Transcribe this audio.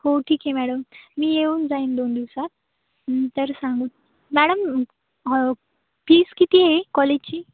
हो ठीक आहे मॅडम मी येऊन जाईन दोन दिवसात तर सांगू मॅडम फीस किती आहे कॉलेजची